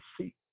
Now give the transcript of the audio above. see